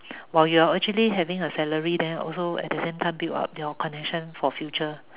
while you're actually having a salary then also at the same time build up your connection for future